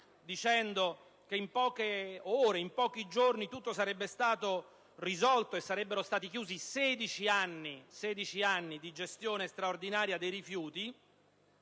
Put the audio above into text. dicendo che in pochi giorni tutto sarebbe stato risolto e sarebbero stati chiusi 16 anni di gestione straordinaria dei rifiuti;